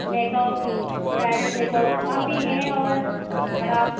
make up bridal makeup کافی ہیں اور اگر آپ